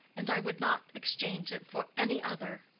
and i would not exchange it for any other.